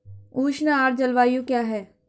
उष्ण आर्द्र जलवायु क्या है?